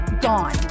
gone